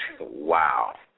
Wow